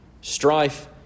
Strife